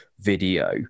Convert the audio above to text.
video